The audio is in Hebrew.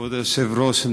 כבוד היושב-ראש,